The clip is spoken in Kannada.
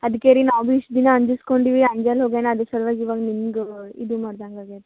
ಅದಕ್ಕೆ ರೀ ನಾವು ಇಷ್ಟು ದಿನ ಅಂಜಿಸಿಕೊಂಡ್ವಿ ಅಂಜಲ್ಲ ಹೋಗ್ಯಾನೆ ಅದ್ರು ಸಲುವಾಗಿ ಇವಾಗ ನಿಮ್ಗೆ ಇದು ಮಾಡ್ದಂಗೆ ಆಗ್ಯದ